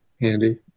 handy